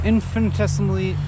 infinitesimally